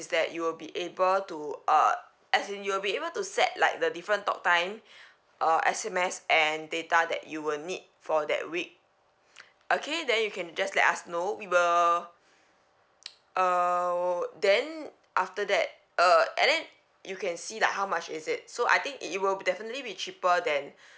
that you will be able to uh as in you'll be able to set like the different talk time uh S_M_S and data that you will need for that week okay then you can just let us know we will err then after that uh and then you can see like how much is it so I think it it will definitely be cheaper than